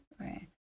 Right